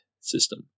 system